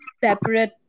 separate